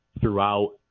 throughout